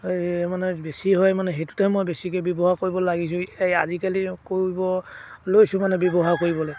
এই মানে বেছি হয় মানে সেইটোতহে মই বেছিকৈ ব্যৱহাৰ কৰিব লাগিছোঁ এই আজিকালি কৰিব লৈছোঁ মানে ব্যৱহাৰ কৰিবলৈ